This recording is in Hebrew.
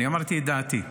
אמרתי את דעתי.